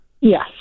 Yes